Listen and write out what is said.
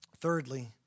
Thirdly